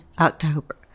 October